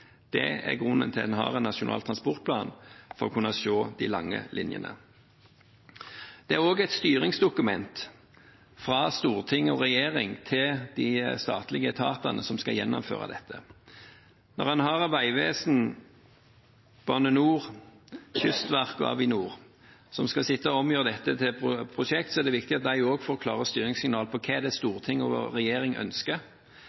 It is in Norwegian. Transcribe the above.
Det er grunnen til at man har en nasjonal transportplan, for å kunne se de lange linjene. NTP er også et styringsdokument fra storting og regjering til de statlige etatene som skal gjennomføre dette. Når Vegvesenet, Bane NOR, Kystverket og Avinor skal sitte og omgjøre dette til prosjekter, er det viktig at de også får klare styringssignaler på hva det er